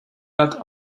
that